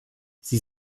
sie